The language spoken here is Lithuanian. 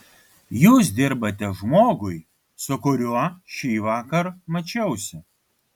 jūs dirbate žmogui su kuriuo šįvakar mačiausi